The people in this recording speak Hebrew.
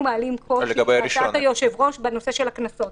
מעלים קושי בהצעת היושב-ראש בנושא הקנסות.